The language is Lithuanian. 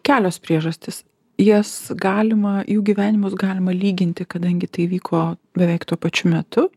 kelios priežastys jas galima jų gyvenimus galima lyginti kadangi tai vyko beveik tuo pačiu metu